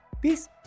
Peace